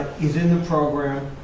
is in the program,